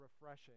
refreshing